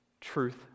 Truth